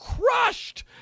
crushed